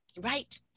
Right